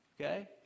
Okay